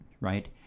Right